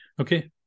Okay